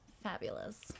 Fabulous